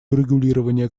урегулирование